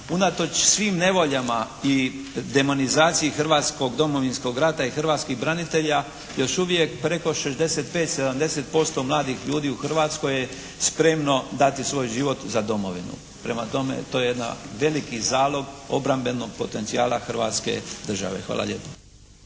unatoč svim nevoljama i demonizaciji hrvatskog Domovinskog rata i hrvatskih branitelja još uvijek preko 65, 70% mladih ljudi u Hrvatskoj je spremno dati svoj život za domovinu. Prema tome to je jedan veliki zalog obrambenog potencijala Hrvatske države. Hvala lijepo.